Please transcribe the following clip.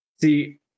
See